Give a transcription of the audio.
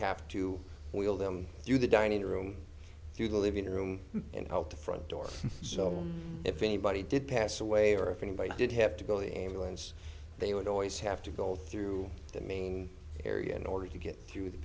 have to wheel them through the dining room through the living room and help the front door so if anybody did pass away or if anybody did have to go to the ambulance they would always have to go through the main area in order to get through the